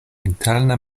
interna